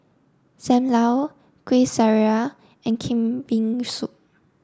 Sam Lau Kueh Syara and Kambing Soup